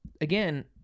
again